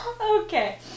okay